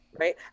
right